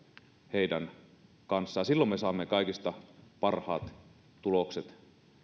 heidän kanssaan silloin me saamme kaikista parhaat tulokset